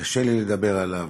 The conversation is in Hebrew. שקשה לי לדבר עליו,